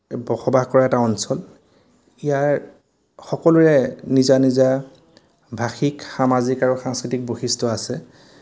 বসবাস কৰা এটা অঞ্চল ইয়াৰ সকলোৰে নিজা নিজা ভাষিক সামাজিক আৰু সাংস্কৃতিক বৈশিষ্ট্য আছে